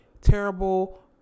terrible